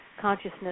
consciousness